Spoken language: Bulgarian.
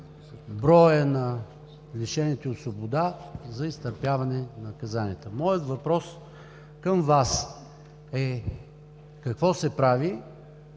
броят на лишените от свобода за изтърпяване на наказанията. Моят въпрос към Вас е: какво се прави,